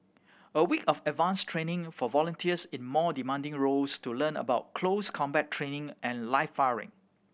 a week of advanced training for volunteers in more demanding roles to learn about close combat training and live firing